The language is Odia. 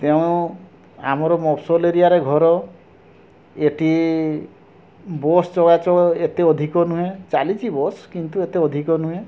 ତେଣୁ ଆମର ମଫସଲ ଏରିଆରେ ଘର ଏଇଠି ବସ୍ ଚଳାଚଳ ଏତେ ଅଧିକ ନୁହେଁ ଚାଲିଛି ବସ୍ କିନ୍ତୁ ଏତେ ଅଧିକ ନୁହେଁ